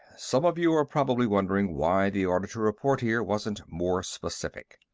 some of you are probably wondering why the order to report here wasn't more specific.